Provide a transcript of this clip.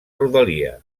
rodalia